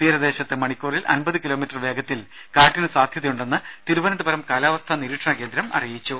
തീരദേശത്ത് മണിക്കൂറിൽ അൻപത് കിലോമീറ്റർ വേഗത്തിൽ കാറ്റിന് സാധ്യതയുണ്ടെന്ന് തിരുവനന്തപുരം കാലാവസ്ഥാ നിരീക്ഷണ കേന്ദ്രം അറിയിച്ചു